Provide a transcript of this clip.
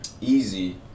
Easy